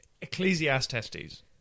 Ecclesiastes